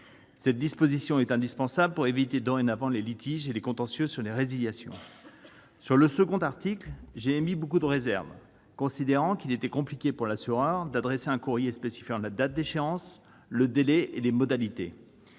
Cette disposition est indispensable pour éviter à l'avenir les litiges et contentieux sur les résiliations. Sur l'article 2, j'ai émis de fortes réserves, considérant qu'il était compliqué pour l'assureur d'adresser un courrier spécifiant la date d'échéance, le délai et les modalités